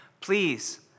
please